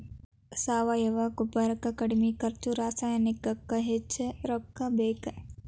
ಸಾವಯುವ ಗೊಬ್ಬರಕ್ಕ ಕಡಮಿ ಖರ್ಚು ರಸಾಯನಿಕಕ್ಕ ಹೆಚಗಿ ರೊಕ್ಕಾ ಬೇಕ